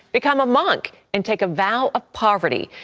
become a monk and take a vow of poverty.